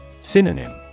Synonym